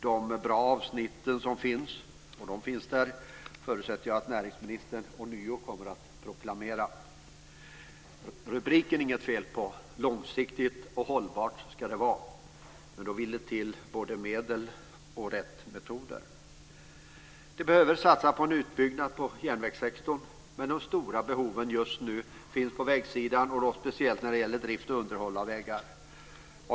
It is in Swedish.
De avsnitt som finns som är bra - och de finns där - förutsätter jag att näringsministern ånyo kommer att proklamera. Rubriken är det inget fel på. Långsiktigt och hållbart ska det vara! Men då vill det till både medel och rätt metoder. Vi behöver satsa på en utbyggnad av järnvägssektorn. Men de stora behoven just nu finns på vägsidan och då speciellt när det gäller drift och underhåll av vägar.